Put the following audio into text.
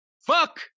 fuck